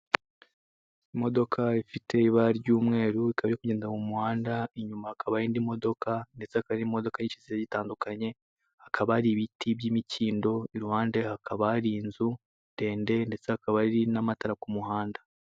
Imodoka ifite ibara ry'umweru ikaba iri kugenda mu muhanda, inyuma hakaba indi modoka ndetse hakaba imodoka yikizeru itandukanye, hakaba hari ibiti by'imikindo, iruhande hakaba hari inzu ndende ndetse hakaba hari n'amatara ku muhanda.